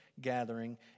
gathering